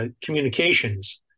communications